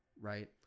right